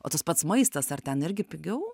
o tas pats maistas ar ten irgi pigiau